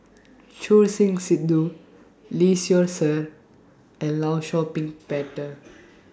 Choor Singh Sidhu Lee Seow Ser and law Shau Ping Peter